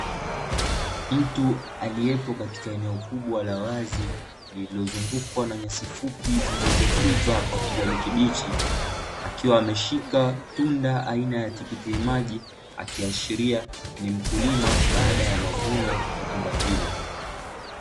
Mtu aliyepo katika eneo kubwa la wazi, lililozungukwa na nyasi fupi zilizokwiva kwa kijani kibichi, akiwa ameshika tunda aina ya tikiti maji, akiashiria ni mkulima baada ya mavuno ya tunda hilo.